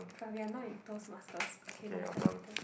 if ya we're now in toast masters okay my turn my turn